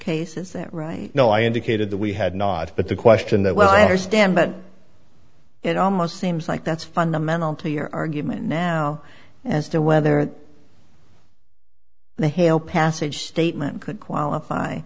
case is that right no i indicated that we had not but the question that well i understand but it almost seems like that's fundamental to your argument now as to whether the hail passage statement could qualify